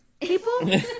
people